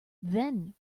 then